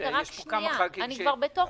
יש פה כמה ח"כים שממתינים לדבר.